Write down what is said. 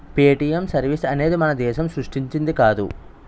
Paytm service అనేది మన దేశం సృష్టించింది కాదు